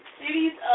cities